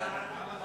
שם החוק נתקבל.